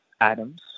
atoms